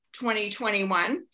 2021